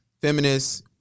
feminists